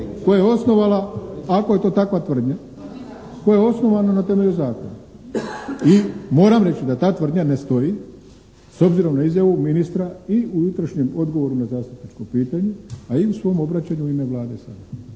koje je osnovala ako je to takva tvrdnja? Koja je osnovana na temelju zakona. I moram reći da ta tvrdnja ne stoji s obzirom na izjavu ministra i u jutrošnjem odgovoru na zastupničko pitanje a i u svom obraćanju u ime Vlade …